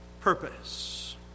purpose